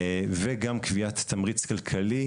וגם קביעת תמריץ כלכלי,